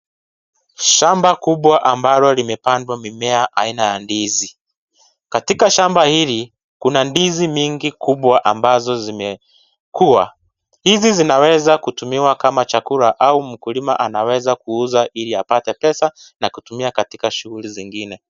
Shamba kubwa ambalo limepandwa mimea aina ya ndizi. Katika shamba hili, kuna ndizi mingi kubwa ambazo zimekua. Hizi zinaweza kutumiwa kama chakula au mkulima anaweza kuuza Ili apate pesa na kutumia katika shughuli zingine.